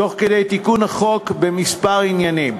תוך תיקון החוק בכמה עניינים.